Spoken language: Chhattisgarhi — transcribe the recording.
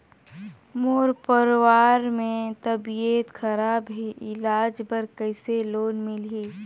मोर परवार मे तबियत खराब हे इलाज बर कइसे लोन मिलही?